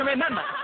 remember